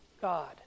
God